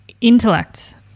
intellect